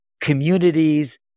communities